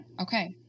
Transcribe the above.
Okay